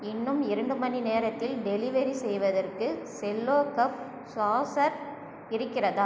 இன்னும் இரண்டு மணி நேரத்தில் டெலிவெரி செய்வதற்கு செல்லோ கப் சாஸர் இருக்கிறதா